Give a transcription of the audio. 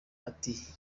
ati